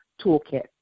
Toolkit